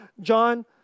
John